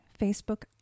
Facebook